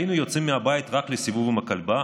היינו יוצאים מהבית רק לסיבוב עם הכלבה,